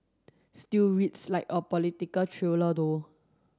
still reads like a political thriller though